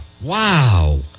Wow